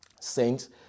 Saints